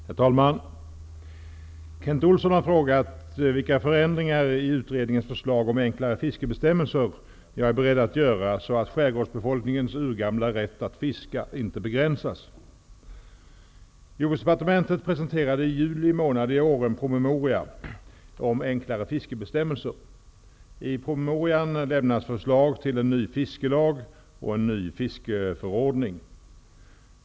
Herr talman! Kent Olsson har frågat vilka förändringar i utredningens förslag om enklare fiskebestämmelser jag är beredd att göra så att skärgårdsbefolkningens urgamla rätt att fiska inte begränsas. Jordbruksdepartementet presenterade i juli månad i år en promemoria om enklare fiskebestämmelser. I promemorian lämnas förslag till en ny fiskelag och en ny fiskeförordning.